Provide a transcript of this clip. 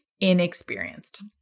inexperienced